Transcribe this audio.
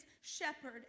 shepherd